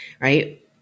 right